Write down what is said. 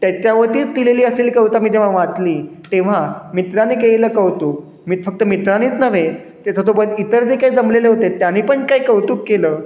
त्याच्यावरतीच केलेली असेल कविता मी जेव्हा वाचली तेव्हा मित्राने केलेलं कौतुक मी फक्त मित्रानेच नव्हे ते तो पण इतर जे काही जमलेले होते त्याने पण काय कौतुक केलं